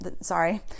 sorry